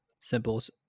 symbols